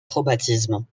traumatisme